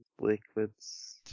Liquids